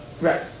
Right